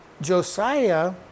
Josiah